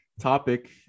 topic